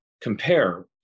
compare